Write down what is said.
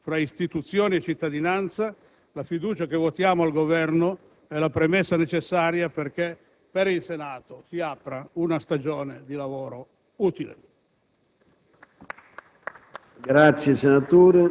del rapporto che deve sussistere tra istituzioni e cittadinanza, la fiducia che votiamo al Governo è la premessa necessaria perché per il Senato si apra una stagione di lavoro utile.